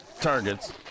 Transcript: targets